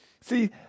See